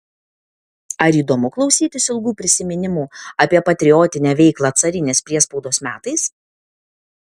ar įdomu klausytis ilgų prisiminimų apie patriotinę veiklą carinės priespaudos metais